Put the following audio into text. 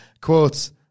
quotes